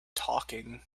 talking